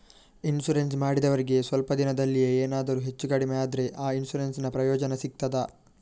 Insurance ಮಾಡಿದವರಿಗೆ ಸ್ವಲ್ಪ ದಿನದಲ್ಲಿಯೇ ಎನಾದರೂ ಹೆಚ್ಚು ಕಡಿಮೆ ಆದ್ರೆ ಆ ಇನ್ಸೂರೆನ್ಸ್ ನ ಪ್ರಯೋಜನ ಸಿಗ್ತದ?